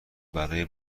برای